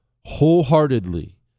wholeheartedly